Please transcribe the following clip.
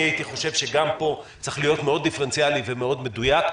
הייתי חושב שגם פה צריך להיות מאוד דיפרנציאלי ומאוד מדויק.